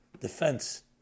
Defense